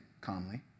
calmly